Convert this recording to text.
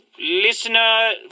listener